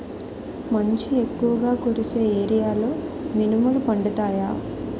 మంచు ఎక్కువుగా కురిసే ఏరియాలో మినుములు పండుతాయా?